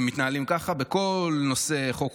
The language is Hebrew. הם מתנהלים ככה בכל נושא חוק,